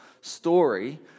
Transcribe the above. story